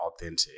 authentic